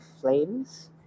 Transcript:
Flames